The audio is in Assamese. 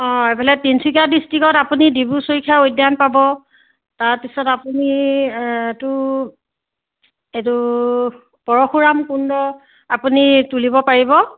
অঁ এইফালে তিনিচুকীয়া ডিষ্ট্ৰিকত আপুনি ডিব্ৰুচৈখোৱা উদ্যান পাব তাৰপিছত আপুনি এইটো এইটো পৰশুৰাম কুণ্ড আপুনি তুলিব পাৰিব